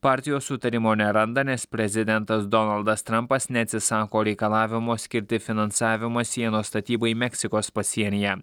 partijos sutarimo neranda nes prezidentas donaldas trampas neatsisako reikalavimo skirti finansavimą sienos statybai meksikos pasienyje